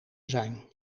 zijn